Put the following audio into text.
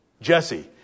Jesse